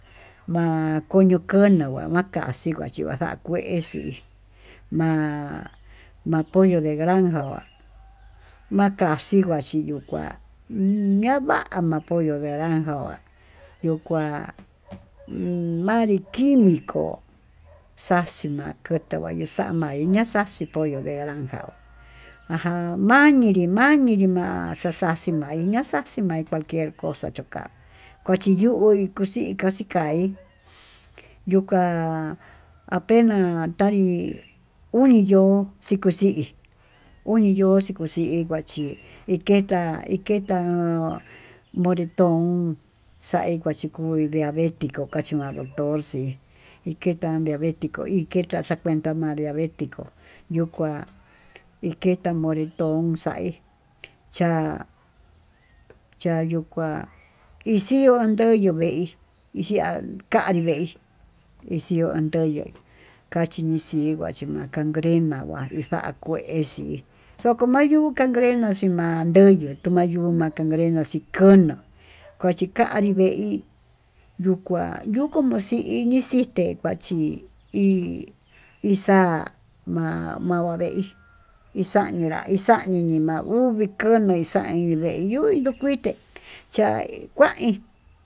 V'a koño kono vavakaxi kuachinka kuá kué xii ma'á, ma'á pollo de granja va'a makaxingua chiyuu kuá nuu ña'a va'á ma'á pollo de granja, kuá yo'ó kuá marí quimico xaxhi makutuu yama'í, ña'a xaxhi pollo de granja ajan mariyi mariyi ma'á xaxaxhí maí xaxaxhi maí cual quier cosa choká kochiyu'í koxika chika'á hí yuká apena taí uni yo'ó xhiko xhíí, uni yo'ó xhikoxi kuachi iketá iketá moretón xaí kuachikuu diavetico kachi manró katorxi y tal diavetico ikenra xakuentá ma'a diaveticó yuu kuá iketa moretón xaí cha'á chayuu kuá ixii yondoyo veí ixia kandii veí ixiuu andoyo'o kaxhi nichí kuachí ma'á cangrena va'í xa'á kuexhí ndoko mayuu cangrena ximan nduyuu, yakumanduyu cangrena kono kochikanrí vee hí yuu kuá yuu como xhiñii xhíte vachí hi ixa'a ma'a ma'a veí ixañinrá ixa'a ñiñi va'a uu mikomix tain iin yuukuite chá kuain.